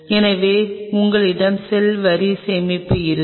எனவே உங்களிடம் செல் வரி சேமிப்பு இருக்கும்